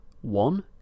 One